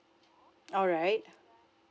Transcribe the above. alright